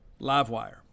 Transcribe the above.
Livewire